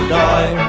die